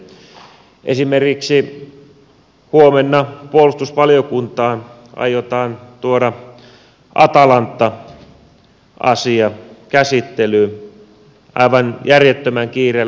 esimerkiksi huomenna puolustusvaliokuntaan aiotaan tuoda atalanta asia käsittelyyn aivan järjettömän kiireellä aikataululla